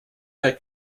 her